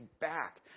back